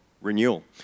renewal